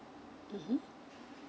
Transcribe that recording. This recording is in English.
mmhmm